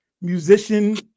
musician